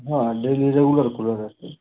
हाँ डे में रेगुलर खुले रहते हैं